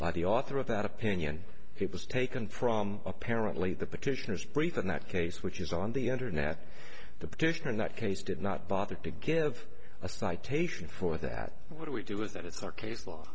by the author of that opinion it was taken from apparently the petitioners brief in that case which is on the internet the petitioner in that case did not bother to give a citation for that what we do is that it's not case law